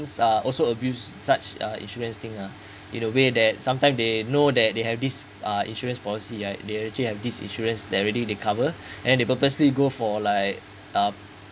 it's uh also abuse such uh insurance thing uh in a way that sometime they know that they have this uh insurance policy ya they actually have this insurance they're already they cover and they purposely go for like um